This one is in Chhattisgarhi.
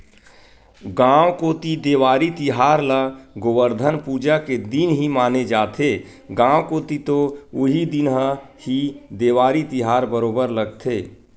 गाँव कोती देवारी तिहार ल गोवरधन पूजा के दिन ही माने जाथे, गाँव कोती तो उही दिन ह ही देवारी तिहार बरोबर लगथे